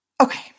Okay